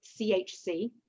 CHC